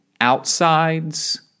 outsides